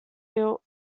built